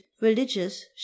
religious